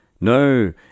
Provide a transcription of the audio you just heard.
No